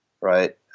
right